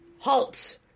halt